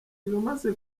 ibimaze